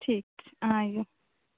ठीक छै अहाँ अइऔ